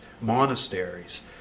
monasteries